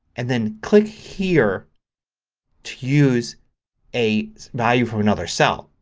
and then click here to use a value from another cell.